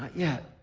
yet.